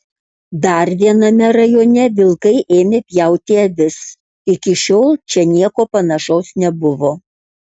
dar viename rajone vilkai ėmė pjauti avis iki šiol čia nieko panašaus nebuvo